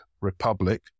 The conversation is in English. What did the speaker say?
Republic